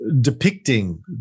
depicting